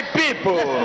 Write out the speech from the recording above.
people